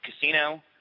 casino